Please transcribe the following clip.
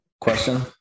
question